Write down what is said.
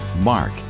Mark